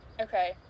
okay